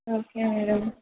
okay madam